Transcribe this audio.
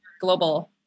global